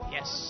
Yes